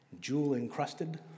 jewel-encrusted